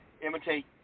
imitate